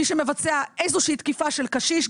מי שמבצע איזושהי תקיפה של קשיש,